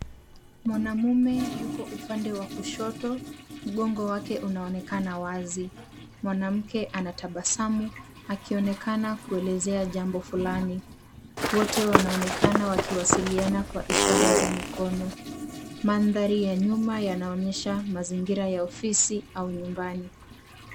Mwanaume yuko upande wa kushoto, mgongo wake unaonekana wazi. Mwanamke anatabasamu, akionekana kuelezea jambo fulani. Wote wanaonekana wakiwasiliana kwa ishara za mikono. Mandhari ya nyuma yanaonyesha mazingira ya ofisi au nyumbani.